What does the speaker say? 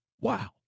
Wow